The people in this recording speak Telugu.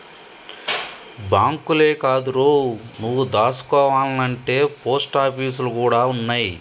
బాంకులే కాదురో, నువ్వు దాసుకోవాల్నంటే పోస్టాపీసులు గూడ ఉన్నయ్